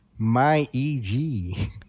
MyEG